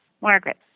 Margaret